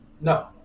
No